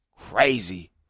crazy